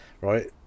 Right